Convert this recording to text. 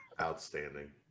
Outstanding